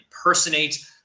impersonate